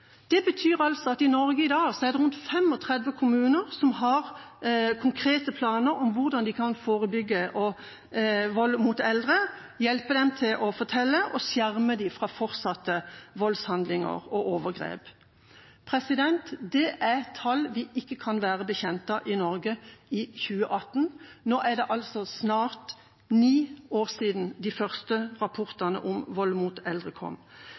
Det betyr at i Norge i dag er det rundt 35 kommuner som har konkrete planer for hvordan de kan forebygge vold mot eldre, hjelpe dem til å fortelle og skjerme dem fra fortsatte voldshandlinger og overgrep. Det er tall vi ikke kan være bekjent av i Norge i 2018. Nå er det snart ni år siden de første rapportene om vold mot eldre kom.